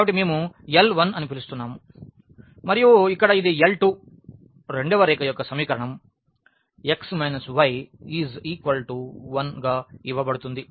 కాబట్టి మేము L 1 అని పిలుస్తున్నాము మరియు ఇక్కడ ఇది L 2 రెండవ రేఖ యొక్క సమీకరణం x y 1గా ఇవ్వబడుతుంది